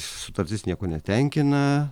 sutartis nieko netenkina